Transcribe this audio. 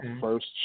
first